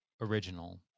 original